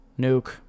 Nuke